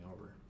over